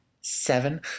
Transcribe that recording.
seven